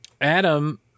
Adam